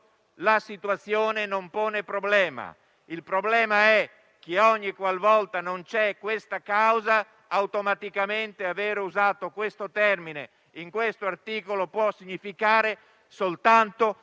la situazione non pone problema. Il problema è che ogni qualvolta non c'è questa causa, automaticamente aver usato questo termine in questo articolo può significare soltanto